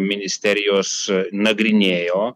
ministerijos nagrinėjo